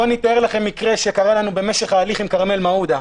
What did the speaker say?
בואו ואתאר לכם מקרה שקרה לנו במשך ההליך עם כרמל מעודה.